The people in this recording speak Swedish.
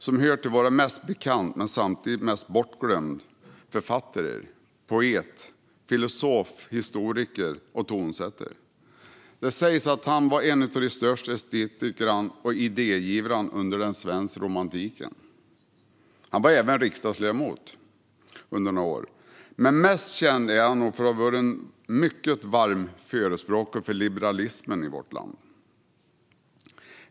Han är en våra mest bekanta men samtidigt mest bortglömda författare. Han var författare, poet, filosof, historiker och tonsättare. Det sägs att han var en av de största estetikerna och idégivarna under den svenska romantiken. Han var även riksdagsledamot under några år. Men mest känd är han nog för att ha varit en mycket varm förespråkare för liberalismen i vårt land.